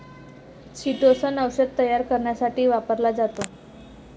chitosan औषध तयार करण्यासाठी वापरला जातो